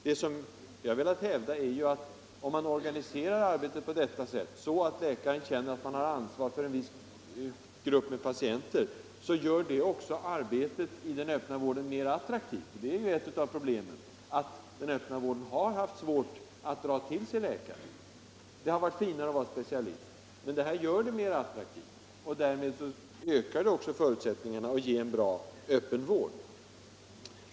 Vad jag har velat hävda är att en sådan organisation av arbetet att läkaren känner ett ansvar för en grupp av patienter också gör arbetet i den öppna vården mer attraktivt. Ett av problemen har varit att den öppna vården har haft svårt att dra till sig läkare. Det har varit finare att vara specialist. Om den öppna vården på detta sätt blir mer attraktiv, ökar också förutsättningarna att ge en bra sådan vård.